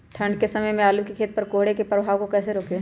ठंढ के समय आलू के खेत पर कोहरे के प्रभाव को कैसे रोके?